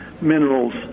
minerals